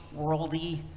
worldy